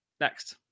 next